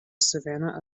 savanna